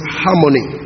harmony